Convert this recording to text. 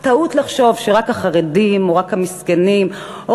טעות לחשוב שרק החרדים או רק המסכנים או